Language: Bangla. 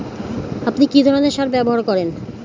আপনি কী ধরনের সার ব্যবহার করেন?